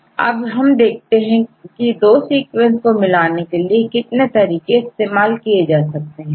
यहां हम देखते हैं की दो सीक्वेंस को मिलाने के लिए कितने तरीके इस्तेमाल किए जा सकते हैं